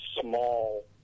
small